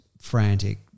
frantic